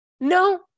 No